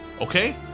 Okay